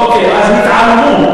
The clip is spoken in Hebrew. אוקיי, אז התעלמו.